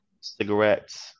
cigarettes